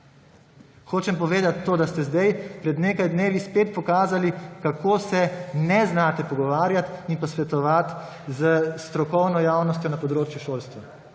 Hočem povedati to, da ste zdaj pred nekaj dnevi spet pokazali, kako se ne znate pogovarjati in posvetovati s strokovno javnostjo na področju šolstva.